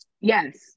Yes